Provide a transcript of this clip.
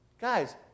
Guys